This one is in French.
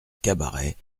cabaret